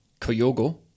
Koyogo